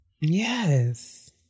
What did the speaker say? Yes